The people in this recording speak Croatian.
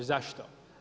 Zašto?